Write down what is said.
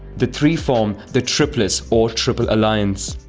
the three form the triplice or triple alliance.